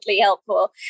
helpful